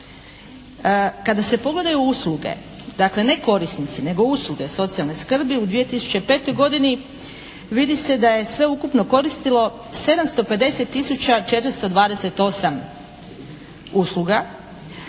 Kada se pogledaju usluge dakle ne korisnici, nego usluge socijalne skrbi u 2005. godini vidi se da je sve ukupno koristilo 750 tisuća 428 usluga.